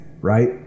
right